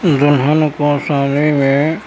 دلہن کو شادی میں